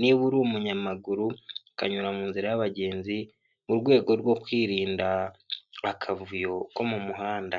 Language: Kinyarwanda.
niba uri umunyamaguru ukanyura mu nzira y'abagenzi mu rwego rwo kwirinda akavuyo ko mu muhanda.